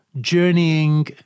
journeying